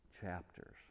chapters